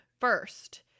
First